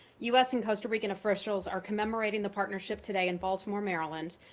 u s. and costa rican officials are commemorating the partnership today in baltimore, maryland,